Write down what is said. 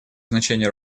значение